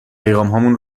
پیغامهامون